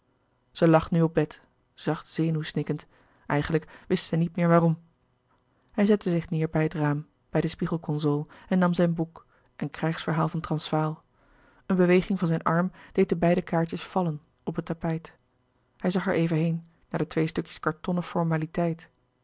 zij lag nu op bed zacht zenuwsnikkend eigenlijk wist zij niet meer waarom hij zette zich neêr bij het raam bij de spiegelconsole en nam zijn boek een krijgsverhaal van transvaal eene beweging van zijn arm deed de beide kaartjes vallen op het tapijt hij zag er even heen naar de twee stukjes kartonnen formaliteit